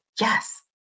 Yes